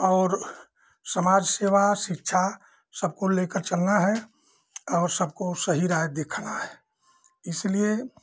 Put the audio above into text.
और समाज सेवा शिक्षा सबको लेकर चलना है और सबको सही राह दिखाना है इसलिए